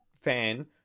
fan